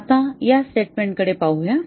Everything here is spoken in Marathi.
आता या स्टेटमेंटकडे पाहूया